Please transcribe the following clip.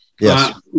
Yes